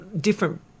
different